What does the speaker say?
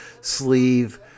sleeve